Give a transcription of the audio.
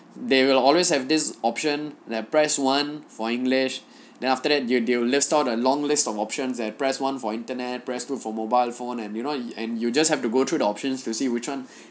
they will always have this option like press one for english then after that they will list down a long list of options like press one for internet press two for mobile phone and you know and you just have to go through the options to see which one